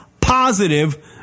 positive